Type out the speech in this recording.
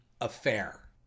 affair